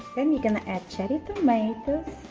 then you're gonna add cherry tomatoes